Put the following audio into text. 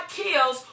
kills